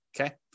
okay